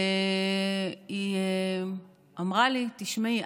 והיא אמרה לי: תשמעי,